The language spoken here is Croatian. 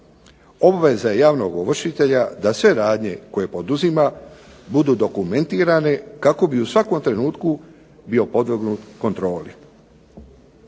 Obveza javnog ovršitelja da sve radnje koje poduzima budu dokumentirane kako bi u svakom trenutku bio podvrgnut kontroli.